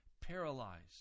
paralyzed